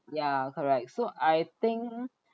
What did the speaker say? ya correct so I think